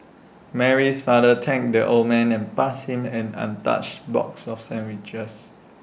Mary's father thanked the old man and passed him an untouched box of sandwiches